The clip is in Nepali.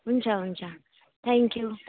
हुन्छ हुन्छ थ्याङ्क्यु